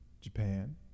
Japan